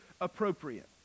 appropriate